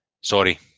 Sorry